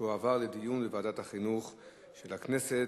תועברנה לדיון בוועדת החינוך של הכנסת.